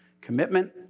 Commitment